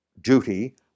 duty